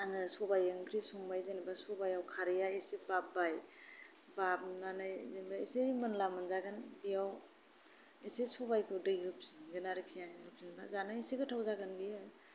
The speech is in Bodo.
आङो सबाय ओंख्रि संबाय जेन'बा सबायआव खारैआ एसे बाब्बाय बाबनानै एसे एनै मोनला मोनजागोन बेयाव एसे सबायखौ दै होफिनगोन आरोखि जानो एसे गोथाव जागोन बियो